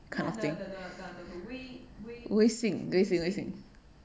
微信